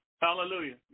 Hallelujah